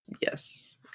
Yes